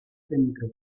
centro